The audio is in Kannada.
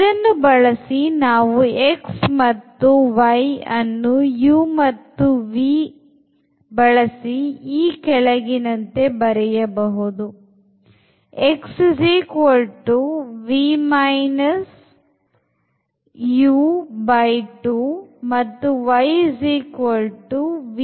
ಇದನ್ನು ಬಳಸಿ ನಾವು x ಮತ್ತು y ಅನ್ನು u ಮತ್ತು v ಬಳಸಿ ಈ ಕೆಳಗಿನಂತೆ ಬರೆಯಬಹುದು